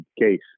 case